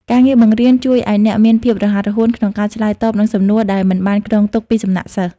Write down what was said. ការងារបង្រៀនជួយឱ្យអ្នកមានភាពរហ័សរហួនក្នុងការឆ្លើយតបនឹងសំណួរដែលមិនបានគ្រោងទុកពីសំណាក់សិស្ស។